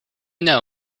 know